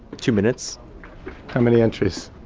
two minutes how many entries?